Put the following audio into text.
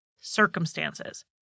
circumstances